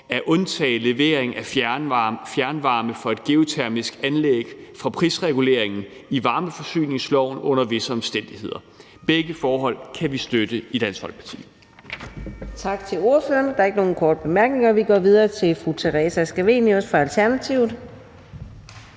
at undtage levering af fjernvarme fra et geotermisk anlæg fra prisreguleringen i varmeforsyningsloven. Begge forhold kan vi støtte i Dansk Folkeparti.